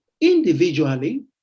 individually